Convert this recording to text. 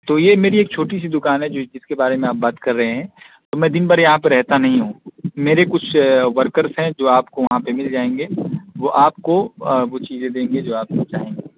تو یہ میری ایک چھوٹی سی دکان ہے جو جس کے بارے میں آپ بات کر رہے ہیں تو میں دن بھر یہاں پہ رہتا نہیں ہوں میرے کچھ ورکرس ہیں جو آپ کو وہاں پہ مل جائیں گے وہ آپ کو وہ چیزیں دیں گے جو آپ کو چاہیے